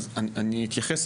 אני אתייחס,